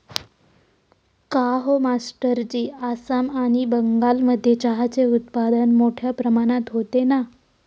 काहो मास्टरजी आसाम आणि बंगालमध्ये चहाचे उत्पादन मोठया प्रमाणात होते ना